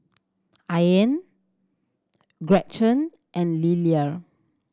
Ian Gretchen and Liller